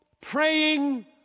praying